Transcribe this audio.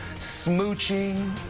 smoot chain.